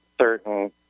certain